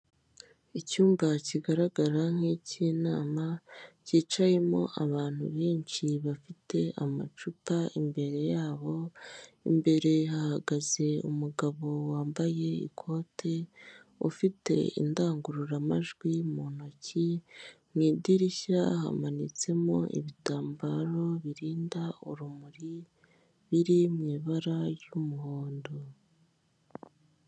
Icyumba kigaragara nk'ikinama, cyicayemo abantu benshi bafite amacupa imbere yabo. Imbere hahagaze umugabo wambaye ikoti, ufite indangururamajwi mu ntoki. Mu idirishya hamanitsemo ibitambaro birinda urumuri biri mu ibara ry'umuhondo.